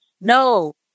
No